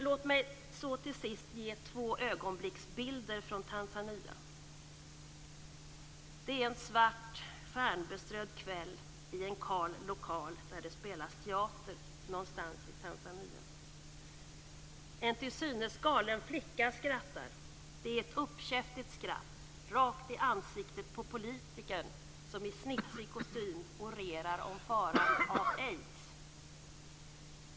Låt mig så till sist ge två ögonblicksbilder från Tanzania. Det är en svart stjärnbeströdd kväll någonstans i Tanzania i en kal lokal där det spelas teater. En till synes galen flicka skrattar. Det är ett uppkäftigt skratt, rakt i ansiktet på politikern som i snitsig kostym orerar om faran av aids.